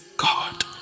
God